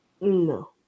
No